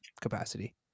capacity